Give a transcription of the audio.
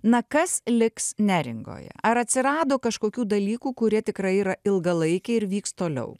na kas liks neringoje ar atsirado kažkokių dalykų kurie tikrai yra ilgalaikiai ir vyks toliau